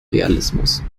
realismus